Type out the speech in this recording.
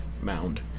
mound